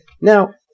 Now